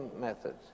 methods